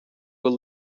were